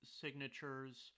signatures